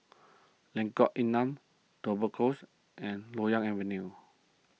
Lengkok Enam Tudor Close and Loyang Avenue